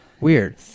weird